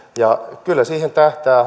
ja kyllä siihen tähtää